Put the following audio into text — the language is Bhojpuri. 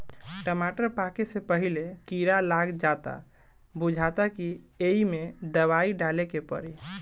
टमाटर पाके से पहिले कीड़ा लाग जाता बुझाता कि ऐइमे दवाई डाले के पड़ी